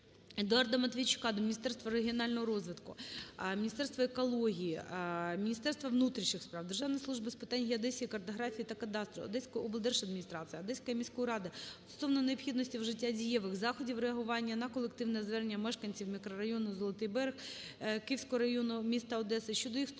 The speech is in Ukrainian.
Едуарда Матвійчука до Міністерства регіонального розвитку, Міністерства екології, Міністерства внутрішніх справ, Державної служби з питань геодезії, картографії та кадастру, Одеської облдержадміністрації, Одеської міської ради стосовно необхідності вжиття дієвих заходів реагування на колективне звернення мешканців мікрорайону Золотий берег Київського району міста Одеса щодо їх стурбованості